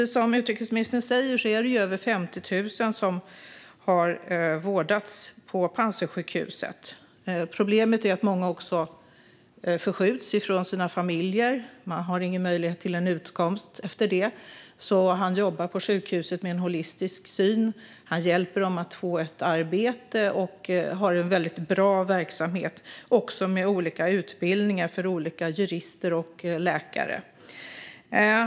Som utrikesministern säger är det över 50 000 som har vårdats på Panzisjukhuset. Problemet är att många förskjuts från sina familjer och inte har någon möjlighet till en utkomst efter det. Han jobbar på sjukhuset med en holistisk syn. Han hjälper dem att få ett arbete och har en väldigt bra verksamhet, också med olika utbildningar för jurister och läkare.